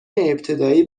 ابتدایی